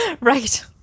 Right